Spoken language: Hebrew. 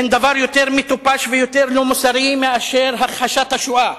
אין דבר יותר מטופש ויותר לא מוסרי מאשר הכחשת השואה.